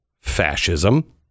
fascism